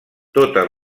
totes